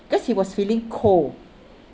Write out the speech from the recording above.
because he was feeling cold